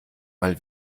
mal